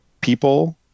people